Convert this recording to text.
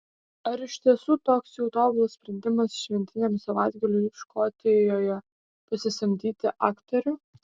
ar iš tiesų toks jau tobulas sprendimas šventiniam savaitgaliui škotijoje pasisamdyti aktorių